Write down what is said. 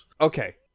Okay